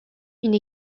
une